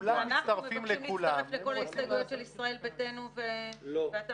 ואנחנו מבקשים להצטרף לכל ההסתייגויות של ישראל ביתנו בהתאמה.